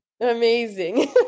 Amazing